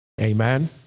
amen